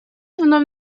вновь